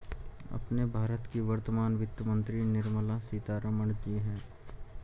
अपने भारत की वर्तमान वित्त मंत्री निर्मला सीतारमण जी हैं